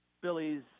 Billy's